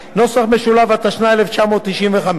התשנ"ה 1995,